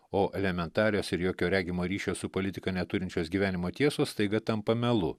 o elementarios ir jokio regimo ryšio su politika neturinčios gyvenimo tiesos staiga tampa melu